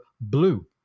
blue